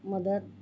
मदत